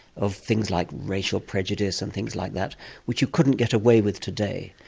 of things like racial prejudice and things like that which you couldn't get away with today.